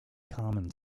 common